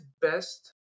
best